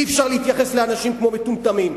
אי-אפשר להתייחס לאנשים כמו אל מטומטמים,